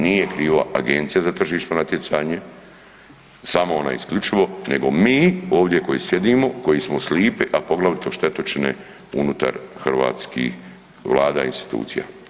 Nije kriva Agencija za tržišno natjecanje, samo ona isključivo, nego mi ovdje koji sjedimo, koji smo slipi, a poglavito štetočine unutar hrvatskih vlada i institucija.